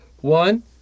One